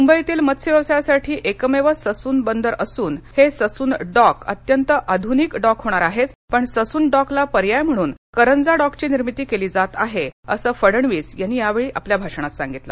मुंबईतील मत्स्यव्यवसायासाठी एकमेव ससून बंदर असून हे ससुन डॉक अत्यंत आधुनिक डॉक होणार आहेच पण ससुन डॉकला पर्याय म्हणून करंजा डॉकची निर्मिती केली जात आहे असं फडणवीस यांनी आपल्या भाषणात सांगितलं